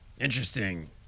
Interesting